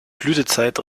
blütezeit